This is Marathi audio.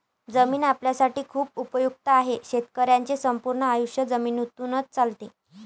जमीन आपल्यासाठी खूप उपयुक्त आहे, शेतकऱ्यांचे संपूर्ण आयुष्य जमिनीतूनच चालते